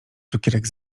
cukierek